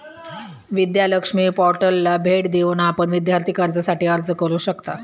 विद्या लक्ष्मी पोर्टलला भेट देऊन आपण विद्यार्थी कर्जासाठी अर्ज करू शकता